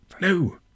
no